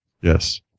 Yes